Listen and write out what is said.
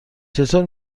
چطور